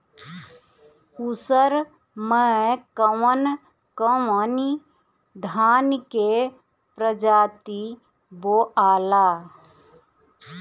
उसर मै कवन कवनि धान के प्रजाति बोआला?